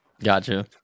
gotcha